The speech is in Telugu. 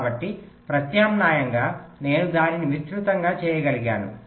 కాబట్టి ప్రత్యామ్నాయంగా నేను దానిని విస్తృతంగా చేయగలిగాను